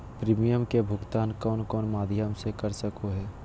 Premium के भुक्तान कौन कौन माध्यम से कर सको है?